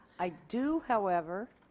i do however